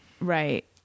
Right